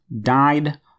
died